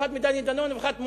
אחת מדני דנון ואחת,